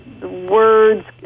words